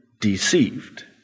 deceived